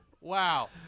Wow